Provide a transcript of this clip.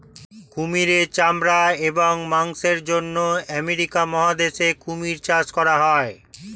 কুমিরের চামড়া এবং মাংসের জন্য আমেরিকা মহাদেশে কুমির চাষ করা হয়